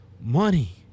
money